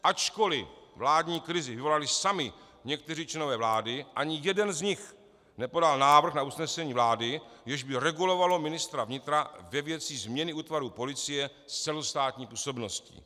Ačkoliv vládní krizi vyvolali sami někteří členové vlády, ani jeden z nich nepodal návrh na usnesení vlády, jež by regulovalo ministra vnitra ve věci změny útvarů policie s celostátní působností.